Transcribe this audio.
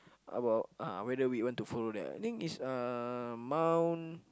about ah whether we want to follow them I think it's uh Mount